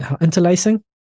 interlacing